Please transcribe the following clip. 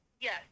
yes